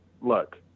look